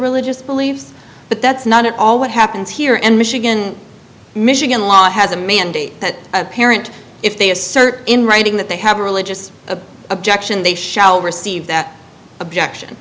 religious beliefs but that's not at all what happens here and michigan michigan law has a mandate that parent if they assert in writing that they have a religious objection they shall receive that objection